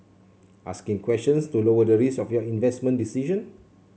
asking questions to lower the risk of your investment decision